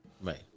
Right